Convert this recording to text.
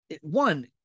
one